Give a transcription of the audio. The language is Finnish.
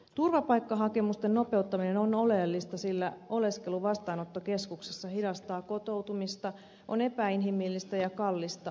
turvapaikkahakemusten käsittelyn nopeuttaminen on oleellista sillä oleskelu vastaanottokeskuksissa hidastaa kotoutumista on epäinhimillistä ja kallista yhteiskunnalle